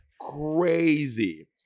crazy